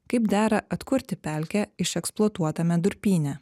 kaip dera atkurti pelkę išeksploatuotame durpyne